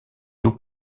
loups